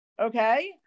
Okay